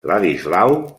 ladislau